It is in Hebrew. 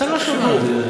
אתה לא שומע אותי.